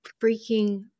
freaking